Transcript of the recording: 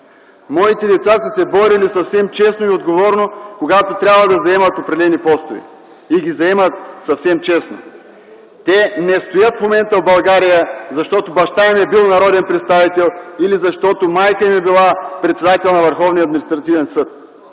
Моите деца са се борили съвсем честно и отговорно, когато трябва да заемат определени постове, и ги заемат съвсем честно. Те не стоят в момента в България, защото баща им е бил народен представител или защото майка им е била председател на